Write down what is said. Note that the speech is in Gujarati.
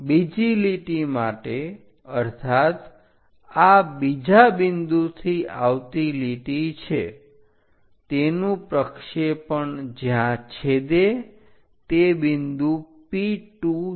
બીજી લીટી માટે અર્થાત આ બીજા બિંદુથી આવતી લીટી છે તેનું પ્રક્ષેપણ જ્યાં છેદે તે બિંદુ P2 છે